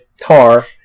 tar